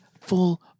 full